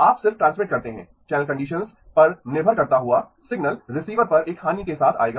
आप सिर्फ ट्रांसमिट करते हैं चैनल कंडीशन्स पर निर्भर करता हुआ सिग्नल रिसीवर पर एक हानि के साथ आएगा